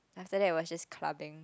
after that was just clubbing